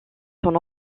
son